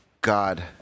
God